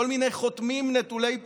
כל מיני חותמים נטולי פוזיציה,